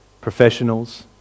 professionals